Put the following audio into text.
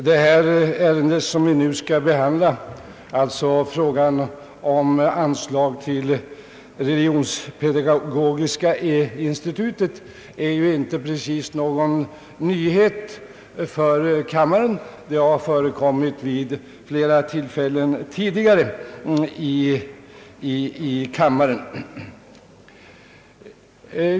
Herr talman! Det ärende som vi nu skall behandla, frågan om anslag till Religionspedagogiska institutet, är inte precis någon nyhet för kammaren. Det har förekommit här vid flera tillfällen tidigare.